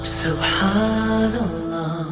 subhanallah